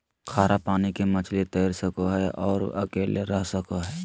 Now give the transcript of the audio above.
खारा पानी के मछली तैर सको हइ और अकेले रह सको हइ